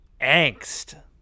Angst